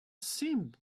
seemed